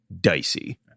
dicey